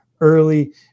early